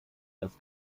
das